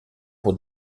pour